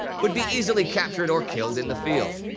would be easily captured or killed in the field.